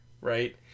right